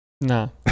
No